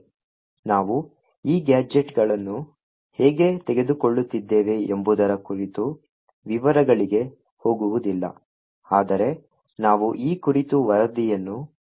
ನಾವು ಈ ಗ್ಯಾಜೆಟ್ಗಳನ್ನು ಹೇಗೆ ತೆಗೆದುಕೊಳ್ಳುತ್ತಿದ್ದೇವೆ ಎಂಬುದರ ಕುರಿತು ವಿವರಗಳಿಗೆ ಹೋಗುವುದಿಲ್ಲ ಆದರೆ ನಾವು ಈ ಕುರಿತು ವರದಿಯನ್ನು ನೋಡುತ್ತೇವೆ